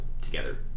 together